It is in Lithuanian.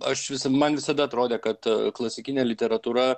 aš visa man visada atrodė kad klasikinė literatūra